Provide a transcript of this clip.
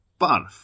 Barf